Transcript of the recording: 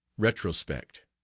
retrospect.